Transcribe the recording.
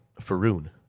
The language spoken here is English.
Faroon